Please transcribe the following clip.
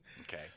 okay